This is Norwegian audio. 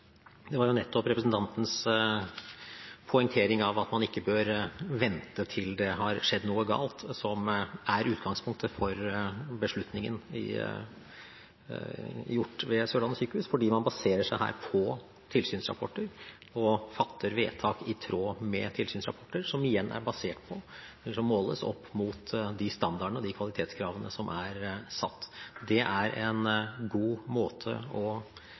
Det var nettopp representantens poengtering av at man ikke bør vente til det har skjedd noe galt, som er utgangspunktet for beslutningen gjort ved Sørlandet sykehus, for man baserer seg her på tilsynsrapporter og fatter vedtak i tråd med tilsynsrapporter, som igjen er basert på eller måles opp mot de standardene og de kvalitetskravene som er satt. Det er en god måte å